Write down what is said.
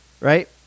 Right